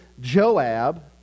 Joab